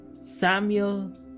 Samuel